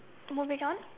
moving on